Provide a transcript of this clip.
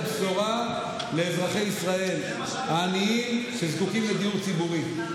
בשורה לאזרחי ישראל העניים שזקוקים לדיור ציבורי,